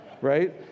right